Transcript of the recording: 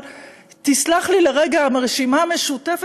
אבל תסלח לי לרגע הרשימה המשותפת,